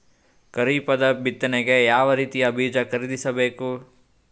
ಖರೀಪದ ಬಿತ್ತನೆಗೆ ಯಾವ್ ರೀತಿಯ ಬೀಜ ಖರೀದಿಸ ಬೇಕು?